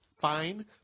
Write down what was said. fine